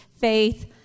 faith